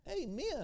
Amen